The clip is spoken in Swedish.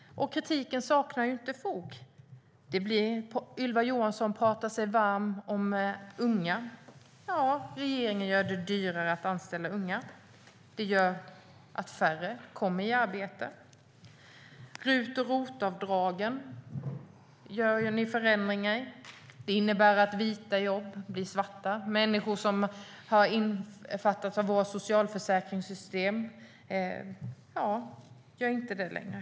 Och kritiken saknar inte fog. Ylva Johansson talar sig varm om unga. Men regeringen gör det dyrare att anställa unga. Det gör att färre kommer i arbete. Ni gör förändringar i RUT och ROT-avdragen. Det innebär att vita jobb blir svarta och att människor som har omfattats av våra socialförsäkringssystem inte kommer att göra det längre.